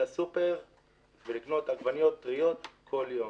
לסופר ולקנות עגבניות טריות כל יום.